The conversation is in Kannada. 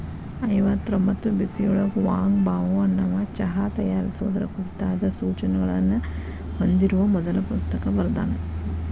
ಐವತ್ತರೊಂಭತ್ತು ಬಿಸಿಯೊಳಗ ವಾಂಗ್ ಬಾವೋ ಅನ್ನವಾ ಚಹಾ ತಯಾರಿಸುವುದರ ಕುರಿತಾದ ಸೂಚನೆಗಳನ್ನ ಹೊಂದಿರುವ ಮೊದಲ ಪುಸ್ತಕ ಬರ್ದಾನ